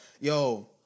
yo